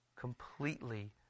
completely